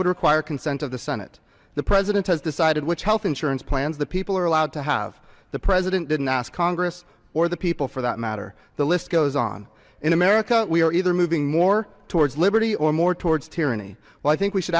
would require consent of the senate the president has decided which health insurance plans the people are allowed to have the president didn't ask congress or the people for that matter the list goes on in america we are either moving more towards liberty or more towards tyranny well i think we should